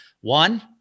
One